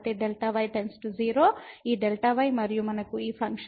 Δy → 0 ఈ Δ y మరియు మనకు ఈ ఫంక్షన్ fx ఉంది